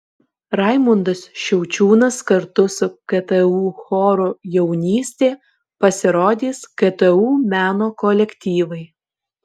raimundas šiaučiūnas kartu su ktu choru jaunystė pasirodys ktu meno kolektyvai